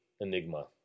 enigma